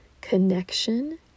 connection